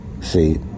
See